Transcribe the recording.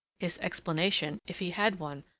his explanation, if he had one,